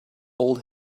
old